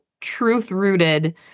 truth-rooted